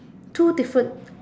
two different